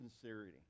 sincerity